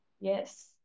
Yes